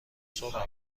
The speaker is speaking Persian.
صبح